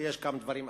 ויש גם דברים אחרים.